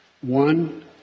one